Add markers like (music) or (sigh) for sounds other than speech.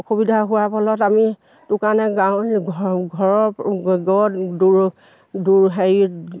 অসুবিধা হোৱাৰ ফলত আমি টো কাৰণে গাঁৱৰ ঘৰ ঘৰৰ (unintelligible) দূৰ দূৰ হেৰিত